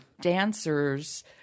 dancers